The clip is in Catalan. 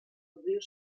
obrir